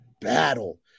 battle